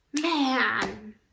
man